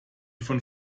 von